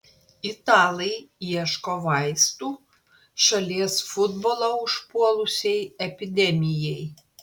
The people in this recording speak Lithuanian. italai ieško vaistų šalies futbolą užpuolusiai epidemijai